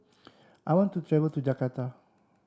I want to travel to Jakarta